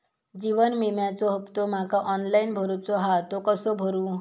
जीवन विम्याचो हफ्तो माका ऑनलाइन भरूचो हा तो कसो भरू?